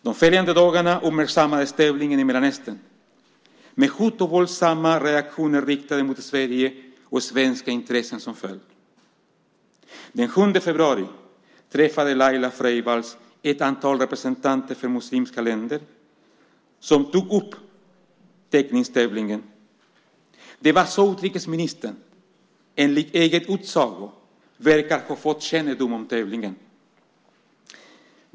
De följande dagarna uppmärksammades tävlingen i Mellanöstern, med hot och våldsamma reaktioner riktade mot Sverige och svenska intressen som följd. Den 7 februari träffade Laila Freivalds ett antal representanter för muslimska länder som tog upp teckningstävlingen. Det var så utrikesministern, enligt egen utsago, verkar ha fått kännedom om tävlingen.